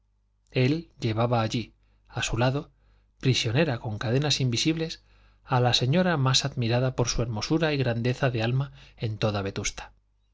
él llevaba allí a su lado prisionera con cadenas invisibles a la señora más admirada por su hermosura y grandeza de alma en toda vetusta